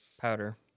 Powder